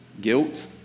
Guilt